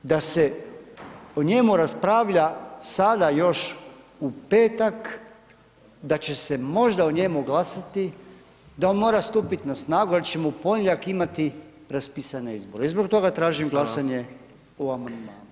Da se o njemu raspravlja sada još u petak, da će se možda o njemu glasati, da on mora stupit na snagu jer ćemo u ponedjeljak imati raspisane izbore i zbog toga tražim glasanje o amandmanu.